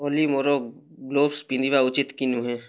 ଓଲି ମୋର ଗ୍ଲୋଭସ୍ ପିନ୍ଧିବା ଉଚିତ୍ କି ନୁହେଁ